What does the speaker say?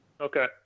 Okay